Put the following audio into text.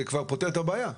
זה כבר פותר את הבעיה.